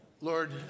Lord